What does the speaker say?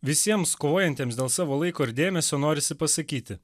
visiems kovojantiems dėl savo laiko ir dėmesio norisi pasakyti